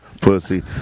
Pussy